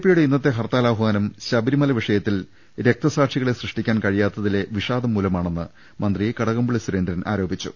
പിയുടെ ഇന്നത്തെ ഹർത്താലാഹ്വാനം ശബരിമല വിഷയത്തിൽ രക്തസാക്ഷികളെ സൃഷ്ടിക്കാൻ കഴിയാത്തതിലെ വിഷാദം മൂലമാണെന്ന് മന്ത്രി കടകംപള്ളി സുരേന്ദ്രൻ ആരോപിച്ചു